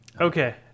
Okay